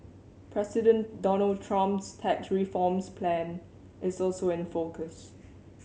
President Donald Trump's tax reforms plan is also in focus